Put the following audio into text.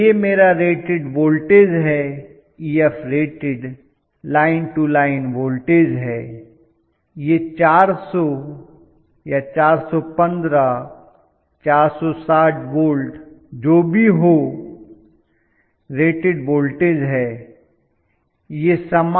तो यह मेरा रेटेड वोल्टेज है Ef rated line to line voltage है यह 400 या 415 460 वोल्ट जो भी हो रेटेड वोल्टेज है